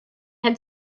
had